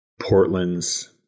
Portland's